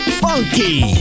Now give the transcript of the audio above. funky